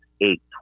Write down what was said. eight